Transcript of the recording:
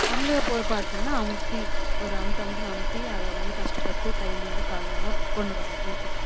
அங்கே போய் பார்த்தீங்கன்னா அமுத்தி ஒரு அமுத்து அமுத்துனு அமுத்தி அதை வந்து கஷ்டப்பட்டு கை நோக கால் நோக கொண்டு வரணும் வீட்டுக்கு